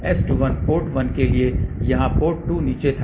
S21 port 1 के लिए यहाँ पोर्ट 2 नीचे था